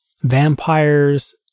vampires